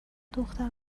دختر